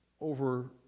over